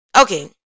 Okay